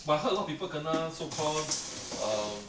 but I heard a lot people kena so called um